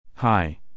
Hi